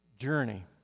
journey